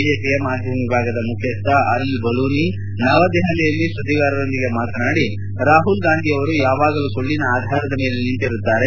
ಬಿಜೆಪಿಯ ಮಾಧ್ಯಮ ವಿಭಾಗದ ಮುಖ್ಯಸ್ಥ ಅನಿಲ್ ಬಲೂನಿ ನವದೆಪಲಿಯಲ್ಲಿ ಸುದ್ದಿಗಾರೊಂದಿಗೆ ಮಾತನಾಡಿ ರಾಹುಲ್ ಗಾಂಧಿಯವರು ಯಾವಾಗಲೂ ಸುಳ್ಳಿನ ಆಧಾರದ ಮೇಲೆ ನಿಂತಿರುತ್ತಾರೆ